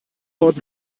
port